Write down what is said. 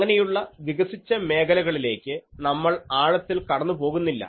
അങ്ങനെയുള്ള വികസിച്ച മേഖലകളിലേക്ക് നമ്മൾ ആഴത്തിൽ കടന്നുപോകുന്നില്ല